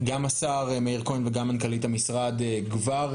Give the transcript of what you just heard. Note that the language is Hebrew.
גם השר מאיר כהן וגם מנכ"לית המשרד כבר,